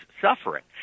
suffering